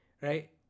right